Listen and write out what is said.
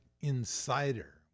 Insider